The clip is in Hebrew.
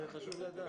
זה חשוב לדעת.